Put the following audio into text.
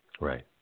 Right